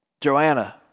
Joanna